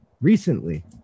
recently